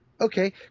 okay